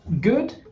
good